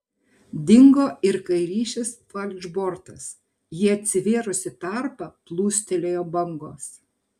dingo ir kairysis falšbortas į atsivėrusį tarpą plūstelėjo bangos